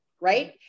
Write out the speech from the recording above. right